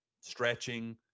stretching